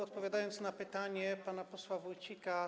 Odpowiadam na pytanie pana posła Wójcika.